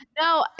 No